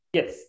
Yes